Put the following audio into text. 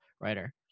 writer